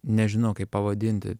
nežinau kaip pavadinti